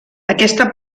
aquesta